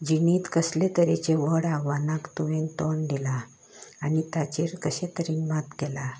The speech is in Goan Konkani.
जिणेक कसले तरेचे व्हड आव्हानाक तुमी तोंड दिलां आनी ताचेर कशें तरेन मात केलां